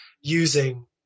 using